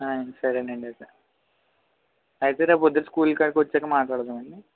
సరేనండీ అయితే అయితే రేపు పొద్దున స్కూల్ కడకి వచ్చాక మాట్లాడదాము అండీ